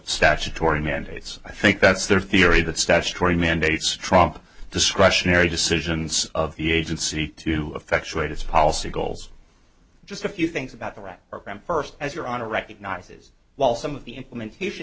statutory mandates i think that's their theory that statutory mandates trump discretionary decisions of the agency to effectuate its policy goals just a few things about the right program first as your honor recognizes while some of the implementation